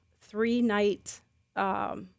three-night